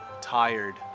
tired